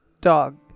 dog